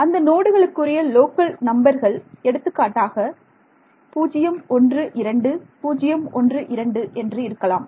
அந்த நோடுகளுக்குரிய லோக்கல் நம்பர்கள் எடுத்துக்காட்டாக 012 012 என்று இருக்கலாம்